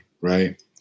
right